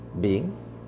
beings